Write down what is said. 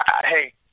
Hey